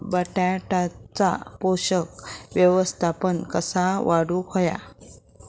बटाट्याचा पोषक व्यवस्थापन कसा वाढवुक होया?